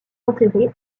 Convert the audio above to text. enterré